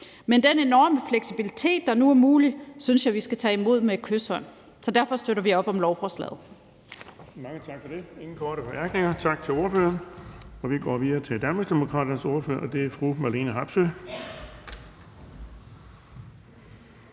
Men den enorme fleksibilitet, der nu er mulig, synes jeg vi skal tage imod med kyshånd. Så derfor støtter Moderaterne op om lovforslaget.